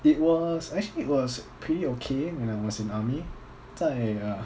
it was actually it was pretty okay when I was in army 在 uh